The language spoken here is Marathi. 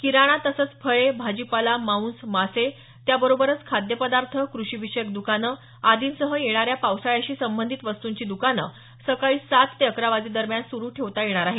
किराणा तसंच फळे भाजीपाला मांस मासे त्या बरोबरच खाद्य पदार्थ कृषी विषयक दुकानं आदींसह येणाऱ्या पावसाळ्याशी संबंधित वस्तूंची दुकानं सकाळी सात ते अकरा वाजेदरम्यान सुरू ठेवता येणार आहेत